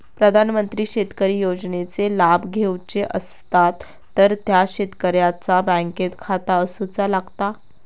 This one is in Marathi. प्रधानमंत्री शेतकरी योजनेचे लाभ घेवचो असतात तर त्या शेतकऱ्याचा बँकेत खाता असूचा लागता